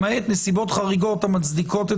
למעט נסיבות חריגות המצדיקות",